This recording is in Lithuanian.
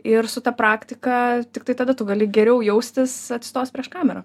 ir su ta praktika tiktai tada tu gali geriau jaustis atstos prieš kamerą